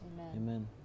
Amen